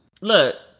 look